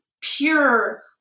pure